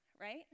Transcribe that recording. right